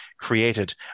created